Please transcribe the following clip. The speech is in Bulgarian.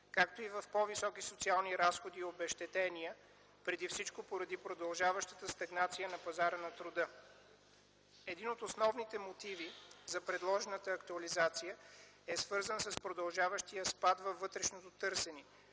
както и в по-високи социални разходи и обезщетения, преди всичко поради продължаващата стагнация на пазара на труда. Един от основните мотиви за предложената актуализация е свързан с продължаващия спад във вътрешното търсене,